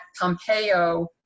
Pompeo